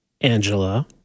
Angela